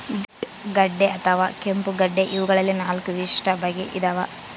beet ಗಡ್ಡೆ ಅಥವಾ ಕೆಂಪುಗಡ್ಡೆ ಇವಗಳಲ್ಲಿ ನಾಲ್ಕು ವಿಶಿಷ್ಟ ಬಗೆ ಇದಾವ